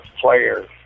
players